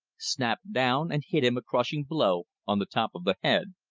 snapped down and hit him a crushing blow on the top of the head.